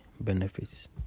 benefits